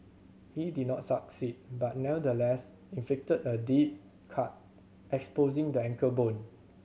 he did not succeed but nevertheless inflicted a deep cut exposing the ankle bone